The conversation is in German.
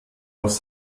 aus